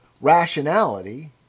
Rationality